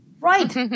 Right